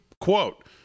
Quote